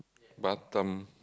Batam